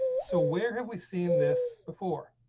so where have we seen this before.